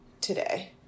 today